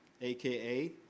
aka